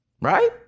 Right